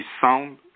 sound